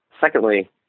Secondly